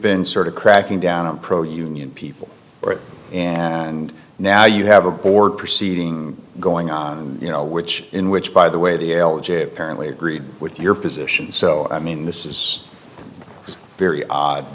been sort of cracking down on pro union people and now you have a board proceeding going on you know which in which by the way the l a j apparently agreed with your position so i mean this is just a very odd